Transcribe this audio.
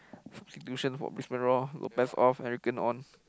substitution for Brisbane-Roar Lopez off on